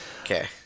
Okay